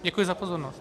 Děkuji za pozornost.